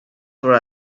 for